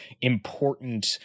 important